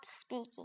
speaking